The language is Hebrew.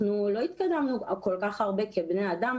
אנחנו לא התקדמנו כל כך הרבה כבני אדם